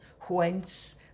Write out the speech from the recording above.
whence